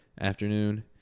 afternoon